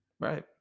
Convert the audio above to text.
Right